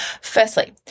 Firstly